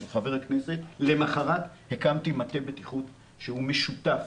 של חבר הכנסת למחרת הקמתי מטה בטיחות שהוא משותף